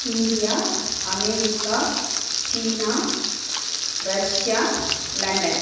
India America China Russia London